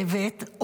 כול מקים את הצוות,